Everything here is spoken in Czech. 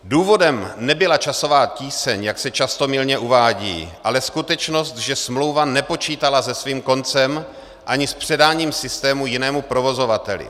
Důvodem nebyla časová tíseň, jak se často mylně uvádí, ale skutečnost, že smlouva nepočítala se svým koncem ani s předáním systému jinému provozovateli.